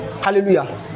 hallelujah